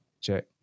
check